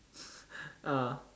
ah